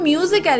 Music